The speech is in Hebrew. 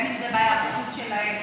בין שזה בהיערכות שלהם.